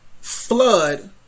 flood